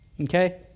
okay